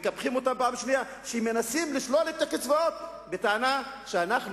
ומקפחים אותם בפעם השנייה כשמנסים לשלול את הקצבאות בטענה שאנחנו,